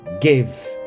give